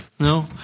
No